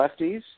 lefties